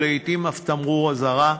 ולעתים אף תמרור אזהרה,